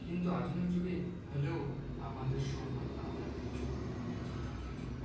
কিন্তু আধুনিক যুগে হলেও আমাদের সময় আমরা কিছু বন্ধু যেতাম কিছু